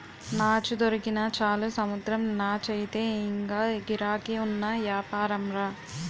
నాచు దొరికినా చాలు సముద్రం నాచయితే ఇంగా గిరాకీ ఉన్న యాపారంరా